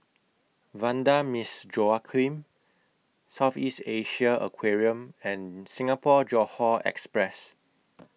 Vanda Miss Joaquim South East Asia Aquarium and Singapore Johore Express